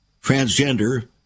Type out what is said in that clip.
transgender